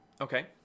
Okay